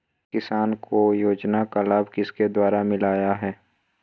किसान को योजना का लाभ किसके द्वारा मिलाया है?